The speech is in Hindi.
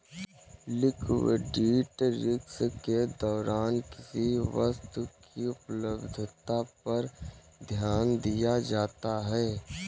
लिक्विडिटी रिस्क के दौरान किसी वस्तु की उपलब्धता पर ध्यान दिया जाता है